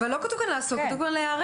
אבל לא כתוב כאן לעשות, כתוב כאן להיערך.